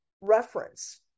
reference